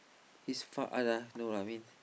his far uh life no lah I mean